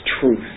truth